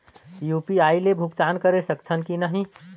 UPI ले भुगतान करे सकथन कि नहीं?